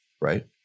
right